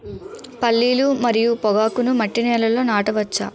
పల్లీలు మరియు పొగాకును మట్టి నేలల్లో నాట వచ్చా?